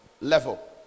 level